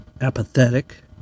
apathetic